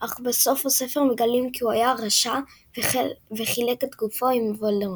אך בסוף הספר מגלים כי הוא היה רשע וחלק את גופו עם וולדמורט.